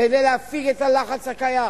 כדי להפיג את הלחץ הקיים,